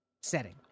setting